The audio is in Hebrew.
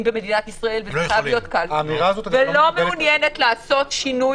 במדינת ישראל וזה חייב להיות בקלפי וגם לא מעוניינת לעשות שינוי